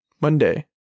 Monday